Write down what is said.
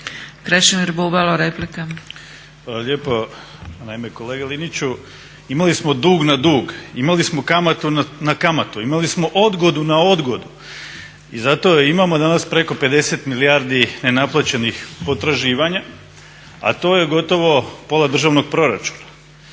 Krešimir (HDSSB)** Hvala lijepa. Naime, kolega Liniću imali smo dug na dug, imali smo kamatu na kamatu, imali smo odgodu na odgodu i zato imamo danas preko 50 milijardi nenaplaćenih potraživanja, a to je gotovo pola državnog proračuna.